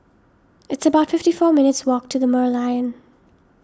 it's about fifty four minutes walk to the Merlion